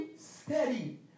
steady